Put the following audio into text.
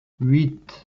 huit